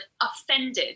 offended